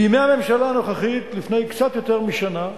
בימי הממשלה הנוכחית, לפני קצת יותר משנה,